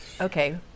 okay